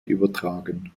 übertragen